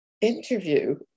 interview